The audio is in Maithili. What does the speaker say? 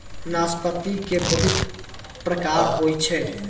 नाशपाती के बहुत प्रकार होय छै